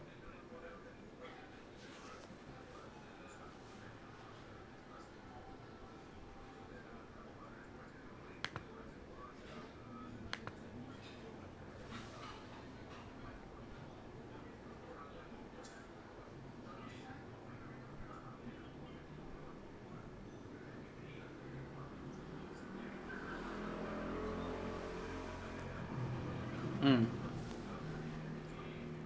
mm